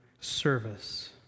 service